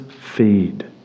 feed